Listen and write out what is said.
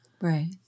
Right